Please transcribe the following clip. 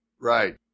Right